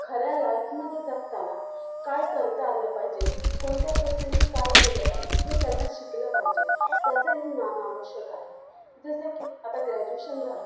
खऱ्या लाईफमध्ये जगताना काय करता आलं पाहिजे कोणत्या प्रसंगी काय केलं पाहिजे हे त्यांना शिकलं पाहिजे त्याचंही ज्ञान आवश्यक आहे जसं की आता ग्रॅजुएशन झालं